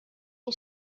این